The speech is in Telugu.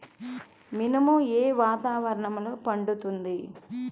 మినుము ఏ వాతావరణంలో పండుతుంది?